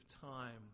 time